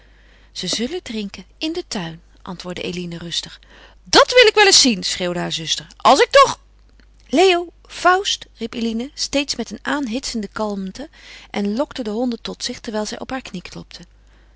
ze zullen drinken in den tuin antwoordde eline rustig dat wil ik wel eens zien schreeuwde haar zuster als ik toch leo faust riep eline steeds met een aanhitsende kalmte en lokte de honden tot zich terwijl zij op haar knie klopte